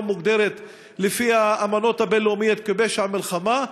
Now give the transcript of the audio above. מוגדרת לפי האמנות הבין-לאומיות כפשע מלחמה,